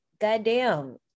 Goddamn